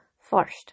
first